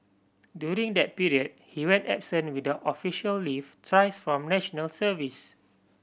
during that period he went absent without official leave thrice from National Service